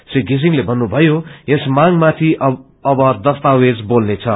री षिसिङले भन्नुभयो यस मांग माथि अब दस्तावेज बोल्ने छ